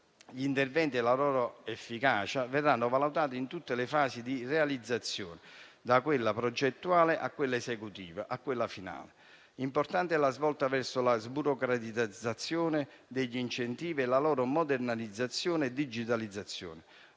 Gli interventi e la loro efficacia verranno valutati in tutte le fasi di realizzazione, da quella progettuale a quella esecutiva, a quella finale. Importante è la svolta verso la sburocratizzazione, la modernizzazione e la digitalizzazione